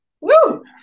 woo